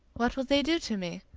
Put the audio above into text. what will they do to me?